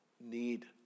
need